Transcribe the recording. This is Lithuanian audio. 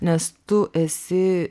nes tu esi